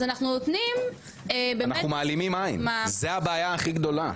אז אנחנו נותנים -- אנחנו מעלימים עין זה הבעיה הכי גדולה,